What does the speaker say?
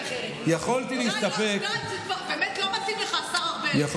יכולתי להסתפק, האמת, לא מתאים לך, השר ארבל.